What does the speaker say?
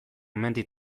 mendi